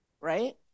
right